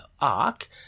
arc